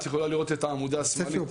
את יכולה לראות את העמודה השמאלית,